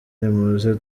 nimuze